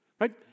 right